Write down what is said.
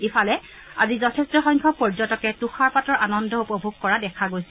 ইফালে আজি যথেষ্ট সংখ্যক পৰ্যটকে তুষাৰপাতৰ আনন্দ উপভোগ কৰা দেখা গৈছিল